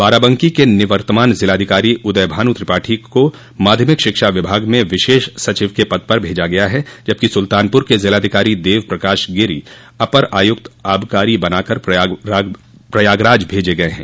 बाराबंकी के निवर्तमान जिलाधिकारी उदयभानु त्रिपाठी को माध्यमिक शिक्षा विभाग में विशेष सचिव के पद पर भेजा गया है जबकि सुल्तानपुर के जिलाधिकारी देव प्रकाश गिरि अपर आयुक्त आबकारी बनाकर प्रयागराज मेंजे गये हैं